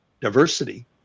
diversity